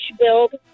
build